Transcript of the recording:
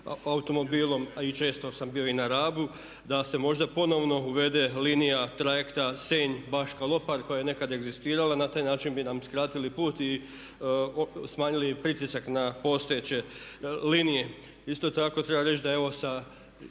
automobilom a i često sam bio na Rabu da se možda ponovno uvede linija Trajekta Senj-Baška- Lopar koja je nekad egzistirala. Na taj način bi nam skratili put i smanjili pritisak na postojeće linije. Isto tako treba reći da je ovo sa